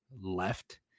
left